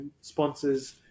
sponsors